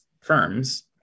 firms